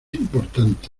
importante